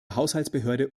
haushaltsbehörde